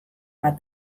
bat